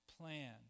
plan